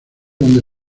donde